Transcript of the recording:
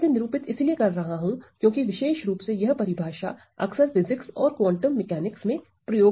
मैं इसे निरूपित इसीलिए कर रहा हूं क्योंकि विशेष रुप से यह परिभाषा अक्सर फिजिक्स और क्वांटम मैकेनिक्स में प्रयोग की जाती है